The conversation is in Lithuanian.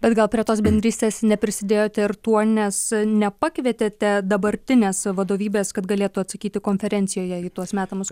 bet gal prie tos bendrystės neprisidėjote ir tuo nes nepakvietėte dabartinės vadovybės kad galėtų atsakyti konferencijoje į tuos metamus